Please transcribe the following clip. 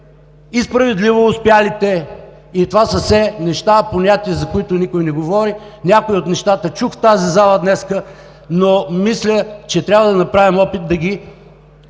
и справедливо успелите – и това са все неща, за които никой не говори. Някои от нещата чух в тази зала днес, но мисля, че трябва да направим опит да ги